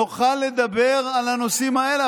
נוכל לדבר על הנושאים האלה,